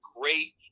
great –